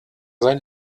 sein